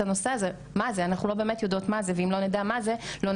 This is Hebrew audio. אז החידוש שלנו, קודם כל בנושא של השיום,